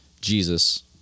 Jesus